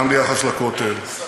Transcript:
גם ביחס לכותל,